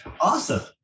Awesome